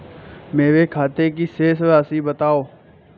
मेरे खाते की शेष राशि बताओ?